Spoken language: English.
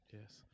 Yes